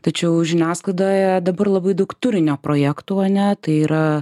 tačiau žiniasklaidoje dabar labai daug turinio projektų ane tai yra